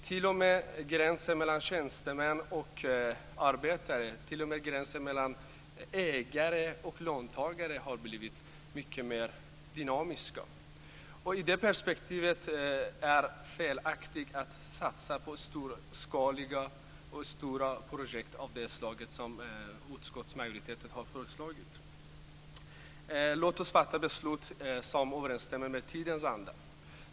T.o.m. gränserna mellan tjänstemän och arbetare och mellan ägare och löntagare har blivit mycket mer dynamiska. I det perspektivet är det felaktigt att satsa på storskaliga projekt av det slag som utskottsmajoriteten har föreslagit. Låt oss fatta beslut som överensstämmer med tidens anda!